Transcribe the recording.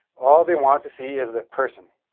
all they want to see is the person.